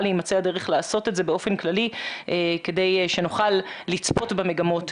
להמצא הדרך לעשות את זה באופן כללי כדי שנוכל לצפות במגמות.